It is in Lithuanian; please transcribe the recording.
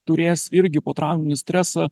turės irgi potrauminį stresą